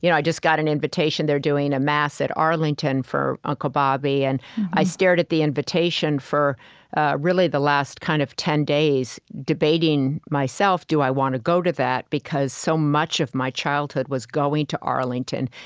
you know i just got an invitation they're doing a mass at arlington for uncle bobby. and i stared at the invitation for ah really the last kind of ten days, debating myself, do i want to go to that, because so much of my childhood was going to arlington,